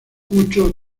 mucho